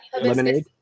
lemonade